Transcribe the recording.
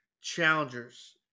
Challengers